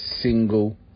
single